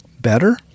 better